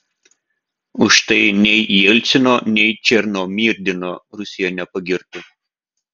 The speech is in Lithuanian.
už tai nei jelcino nei černomyrdino rusija nepagirtų